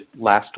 last